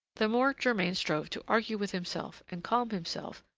the more germain strove to argue with himself and calm himself,